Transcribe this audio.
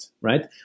right